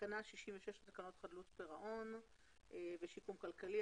תקנה 66 לתקנות חדלות פירעון ושיקום כלכלי,